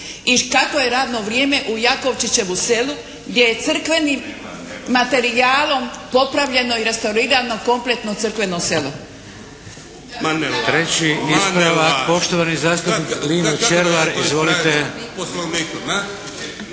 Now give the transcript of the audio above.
i kakvo je radno vrijeme u Jakovčićevu selu gdje je crkvenim materijalom popravljeno i restaurirano kompletno crkveno selo.